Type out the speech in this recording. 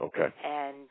okay